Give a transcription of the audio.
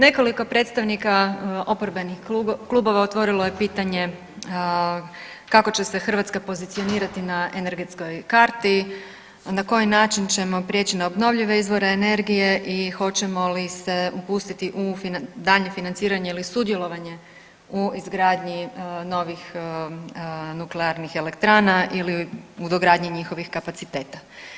Nekoliko predstavnika oporbenih klubova otvorilo je pitanje kako će se Hrvatska pozicionirati na energetskoj karti, na koji način ćemo prijeći na obnovljive izvore energije i hoćemo li se upustiti u daljnje financiranje ili sudjelovanje u izgradnji novih nuklearnih elektrana ili u dogradnji njihovih kapaciteta.